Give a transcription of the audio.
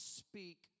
speak